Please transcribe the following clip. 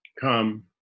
come